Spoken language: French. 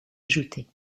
ajoutés